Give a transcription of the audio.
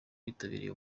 bitabiriye